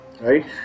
right